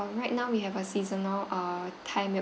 uh right now we have a seasonal uh thai mil~